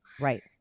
Right